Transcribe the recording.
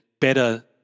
better